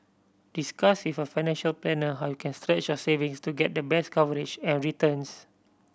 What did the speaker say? discuss with a financial planner how you can stretch your savings to get the best coverage and returns